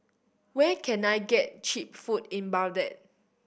where can I get cheap food in Baghdad